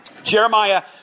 Jeremiah